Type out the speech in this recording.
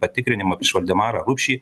patikrinimą prieš valdemarą rupšį